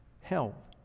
help